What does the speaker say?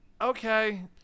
okay